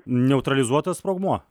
neutralizuotas sprogmuo